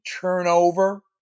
turnover